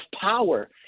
power